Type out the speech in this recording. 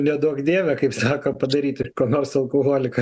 neduok dieve kaip sako padaryt iš ko nors alkoholiką